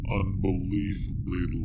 unbelievably